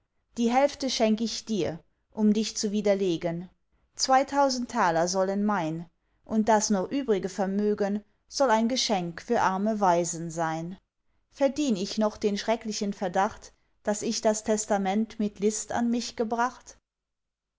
die hälfte schenk ich dir um dich zu widerlegen zweitausend taler sollen mein und das noch übrige vermögen soll ein geschenk für arme waisen sein verdien ich noch den schrecklichen verdacht daß ich das testament mit list an mich gebracht